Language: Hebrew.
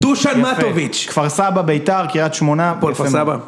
דושן מטוביץ', כפר סבא, ביתר, קריית שמונה, הפועל כפר סבא